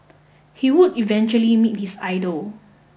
he would eventually meet his idol